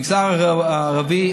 המגזר הערבי,